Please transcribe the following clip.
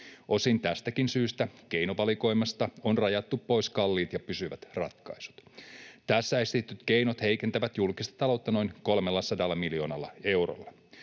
Osin tästäkin syystä keinovalikoimasta on rajattu pois kalliit ja pysyvät ratkaisut. Tässä esitetyt keinot heikentävät julkista taloutta noin 300 miljoonalla eurolla.